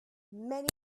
many